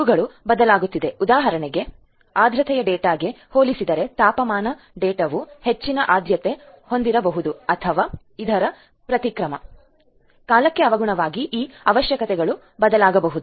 ಇವುಗಳು ಬದಲಾಗುತ್ತದೆ ಉದಾಹರಣೆಗೆ ಆರ್ದ್ರತೆಯ ಡೇಟಾಗೆ ಹೋಲಿಸಿದರೆ ತಾಪಮಾನ ಡೇಟಾವು ಹೆಚ್ಚಿನ ಆದ್ಯತೆಯನ್ನು ಹೊಂದಿರಬಹುದು ಅಥವಾ ಇದರ ಪ್ರತಿಕ್ರಮ ಕಾಲಕೆ ಅವಗುಣವಾಗಿ ಈ ಅವಶ್ಯಕತೆಗಳು ಬದಲಾಗಬಹುದು